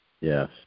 yes